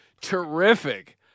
terrific